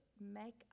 make